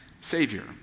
Savior